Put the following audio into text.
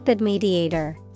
mediator